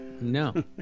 No